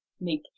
make